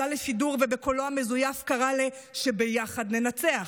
עלה לשידור ובקולו המזויף קרא "ביחד ננצח".